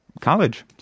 college